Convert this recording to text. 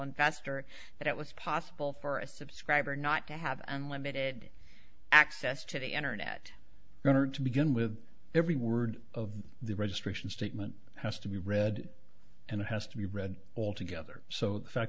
investor that it was possible for a subscriber not to have unlimited access to the internet runner to begin with every word of the registration statement has to be read and it has to be read all together so the fact